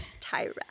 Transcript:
Tyra